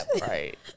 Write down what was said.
Right